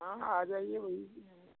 हाँ आ जाइए वही